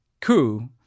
coup